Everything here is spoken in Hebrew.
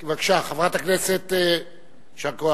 יישר כוח.